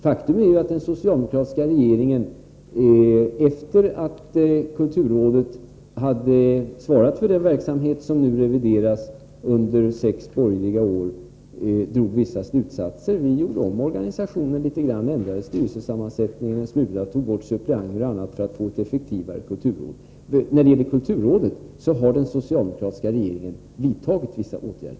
Faktum är att den socialdemokratiska regeringen, efter det att kulturrådet hade svarat under sex borgerliga år för den verksamhet som nu revideras, drog vissa slutsatser. Vi gjorde om organisationen litet grand och ändrade styrelsesammansättningen samt tog bort suppleanter för att få ett effektivare kulturråd. När det gäller kulturrådet har den socialdemokratiska regeringen vidtagit vissa åtgärder.